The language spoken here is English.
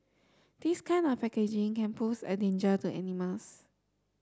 this kind of packaging can pose a danger to animals